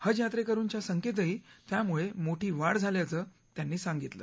हज यात्रेकरुंच्या संख्येतही यामुळे मोठी वाढ झाल्याचं त्यांनी सांगितलं